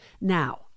Now